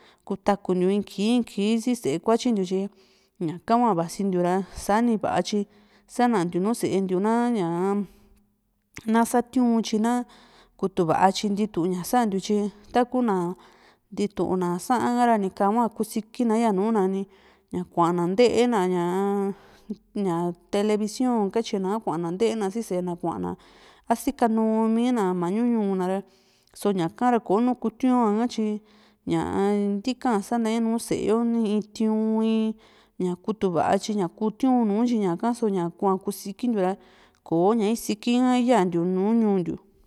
kuta kuntiu in kii in kii si sée kuatyi ntiu tyi ñakahua vasintiu ra sani vatyi sanantiu nu sée ntiu naña na satiuntyi na kutuva tyi ntituña santiu tyi takuna ntituna saan kara nika hua kusiki na yaa nùù nani ña kuana ntee na ñaa ñá televisión katyina´a kuana ntee na si sée na kuana sikanu mina mañu ñuu nara so ñaka ra ko nu kutiu ña´ka tyi ñaa ntika´n sanae nu sée yo in tìu´n ña kutuva tyi ña ña kutiun nu tyi ñaka so ñakuaa kusikintiura ko´ña isiki ha yaa ntiu nùù ñuu ntiu.